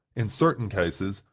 in certain cases,